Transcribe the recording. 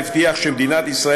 לפני כשנתיים נעצר